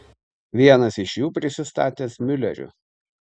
vienas iš jų prisistatęs miuleriu